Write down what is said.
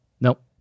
Nope